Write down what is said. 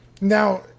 Now